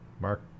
Mark